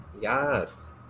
yes